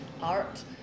art